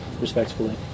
respectfully